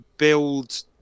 build